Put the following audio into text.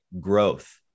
growth